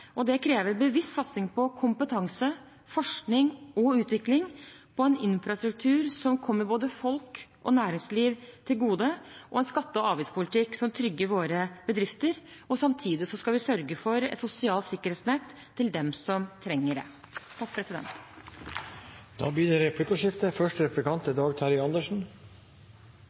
Det krever bevisst satsing på kompetanse, forskning og utvikling, på en infrastruktur som kommer både folk og næringsliv til gode, og en skatte- og avgiftspolitikk som trygger våre bedrifter. Samtidig skal vi sørge for et sosialt sikkerhetsnett til dem som trenger det.